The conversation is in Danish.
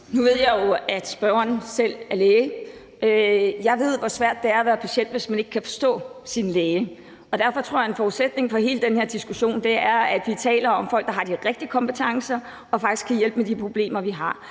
Nu ved jeg jo, at spørgeren selv er læge. Jeg ved, hvor svært det er at være patient, hvis man ikke kan forstå sin læge. Derfor tror jeg, at en forudsætning for hele den her diskussion er, at vi taler om folk, der har de rigtige kompetencer og faktisk kan hjælpe med de problemer, vi har.